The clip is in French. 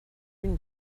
une